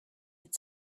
had